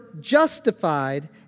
justified